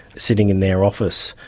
sitting in their office,